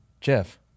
Jeff